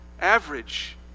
average